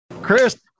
Chris